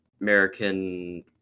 American